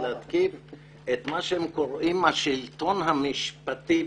להתקיף את מה שהם קוראים לו "השלטון המשפטי",